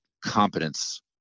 competence